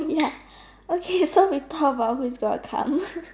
ya okay so we talk about who is gonna come